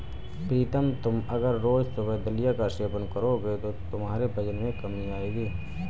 प्रीतम तुम अगर रोज सुबह दलिया का सेवन करोगे तो तुम्हारे वजन में कमी आएगी